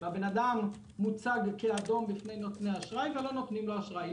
והאדם מוצג כאדום בפני נותני האשראי ולא נותנים לו אשראי,